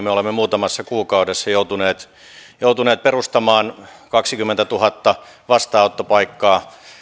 me olemme muutamassa kuukaudessa joutuneet joutuneet perustamaan kaksikymmentätuhatta vastaanottopaikkaa